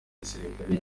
gisirikare